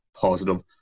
positive